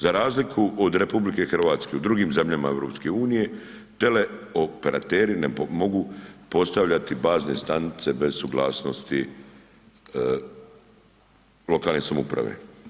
Za razliku od RH u drugim zemljama EU teleoperateri ne mogu postavljati bazne stanice bez suglasnosti lokalne samouprave.